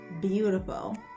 beautiful